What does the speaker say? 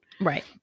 Right